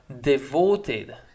devoted